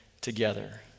together